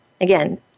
again